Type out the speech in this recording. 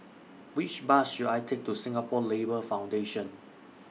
Which Bus should I Take to Singapore Labour Foundation